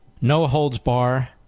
no-holds-bar